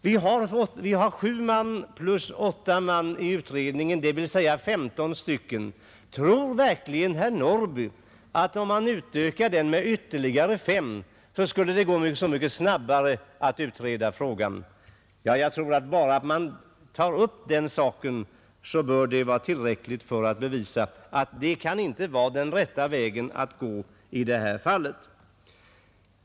Vi har sju ledamöter plus åtta experter i utredningen, dvs. femton man. Tror verkligen herr Norrby i Åkersberga att om man utökar den med ytterligare fem skulle det gå så mycket snabbare att utreda frågan? Jag tror att bara den omständigheten att man tar upp denna sak bör vara tillräcklig för att bevisa att det inte kan vara den rätta vägen att gå i det här fallet.